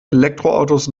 elektroautos